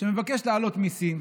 שמבקש להעלות מיסים.